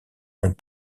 ont